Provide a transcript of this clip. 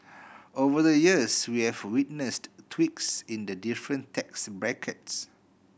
over the years we have witnessed tweaks in the different tax brackets